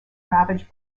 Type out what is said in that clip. ravaged